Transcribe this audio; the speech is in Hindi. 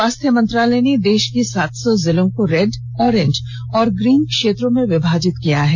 स्वास्थ्य मंत्रालय ने देश के सात सौ जिलों को रेड ऑरेंज और ग्रीन क्षेत्रों में विभाजित किया है